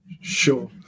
Sure